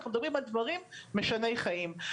אנחנו מדברים על דברים משני חיים.